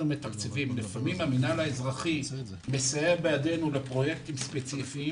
לפעמים המנהל האזרחי מסיע בידינו לפרויקטים ספציפיים